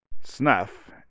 snuff